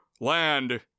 land